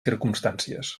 circumstàncies